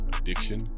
addiction